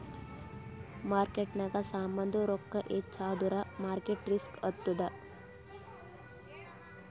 ಮಾರ್ಕೆಟ್ನಾಗ್ ಸಾಮಾಂದು ರೊಕ್ಕಾ ಹೆಚ್ಚ ಆದುರ್ ಮಾರ್ಕೇಟ್ ರಿಸ್ಕ್ ಆತ್ತುದ್